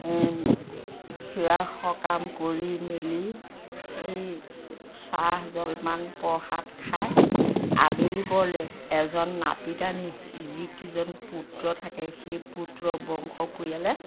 সেৱা সকাম কৰি মেলি এই চাহ জলপান প্ৰসাদ খাই আবেলি পৰলৈ এজন নাপিত আনি যিকেইজন পুত্ৰ থাকে সেই পুত্ৰ বংশ পৰিয়ালে